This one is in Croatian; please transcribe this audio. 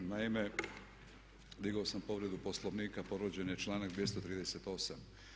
Naime, digao sam povredu Poslovnika, povrijeđen je članak 238.